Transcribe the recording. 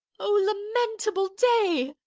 o lamentable day!